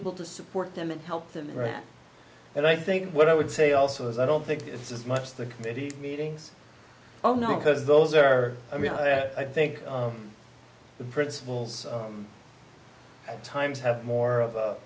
able to support them and help them right and i think what i would say also is i don't think it's as much the committee meetings oh no because those are i mean i think the principles times have more of a